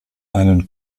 einen